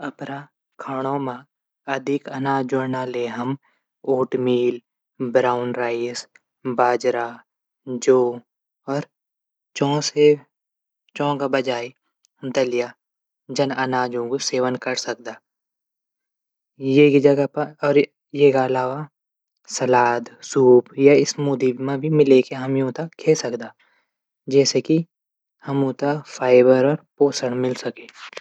अपड खांणू मा अधिक अनाज जुडनों ले हम ओटमील, ब्राउन राइस, बाजरा, जौ, चैंसू, दलिया, जन अनाजो कू सेवन कै सकदा। एक अलावा सलाद सूप स्मूदी मा भी खै सकदा ।जैसे की फाइबर और पोषण मिल सकै।